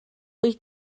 wyt